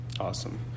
awesome